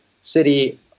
city